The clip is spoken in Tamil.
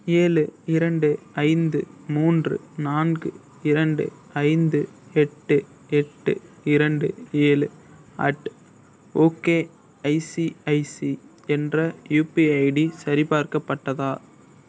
ஏழு இரண்டு ஐந்து மூன்று நான்கு இரண்டு ஐந்து எட்டு எட்டு இரண்டு ஏழு அட் ஓகேஐசிஐசி என்ற யூபிஐ ஐடி சரிபார்க்கப்பட்டதா